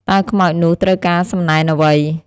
តើខ្មោចនោះត្រូវការសំណែនអ្វី?